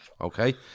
okay